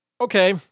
Okay